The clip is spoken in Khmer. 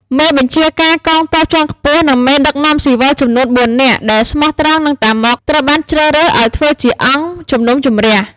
មេបញ្ជាការកងទ័ពជាន់ខ្ពស់ និងមេដឹកនាំស៊ីវិលចំនួនបួននាក់ ដែលស្មោះត្រង់នឹង តាម៉ុក ត្រូវបានជ្រើសរើសឱ្យធ្វើជាអង្គជំនុំជម្រះ។